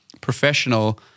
professional